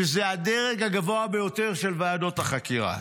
שזה הדרג הגבוה ביותר של ועדות החקירה,